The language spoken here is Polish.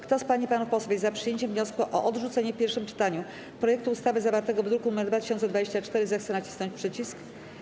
Kto z pań i panów posłów jest za przyjęciem wniosku o odrzucenie w pierwszym czytaniu projektu ustawy zawartego w druku nr 2024, zechce nacisnąć przycisk.